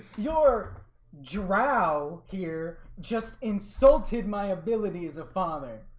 your drow here, just insulted my ability as a father!